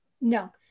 No